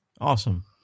Awesome